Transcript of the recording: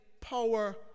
power